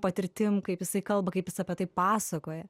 patirtim kaip jisai kalba kaip jis apie tai pasakoja